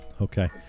Okay